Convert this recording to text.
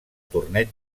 torneig